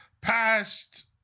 passed